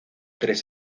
tres